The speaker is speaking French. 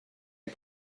les